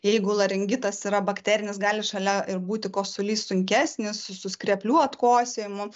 jeigu laringitas yra bakterinis gali šalia ir būti kosulys sunkesnis su skreplių atkosėjimu